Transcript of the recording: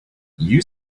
you